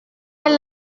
est